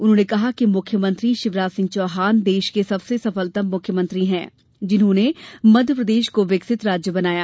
उन्होंने कहा कि मुख्यमंत्री शिवराज सिंह चौहान देश के सबसे सफलतम मुख्यमंत्री हैं जिन्होंने मध्यप्रदेश को विकसित राज्य बनाया